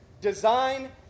design